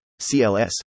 CLS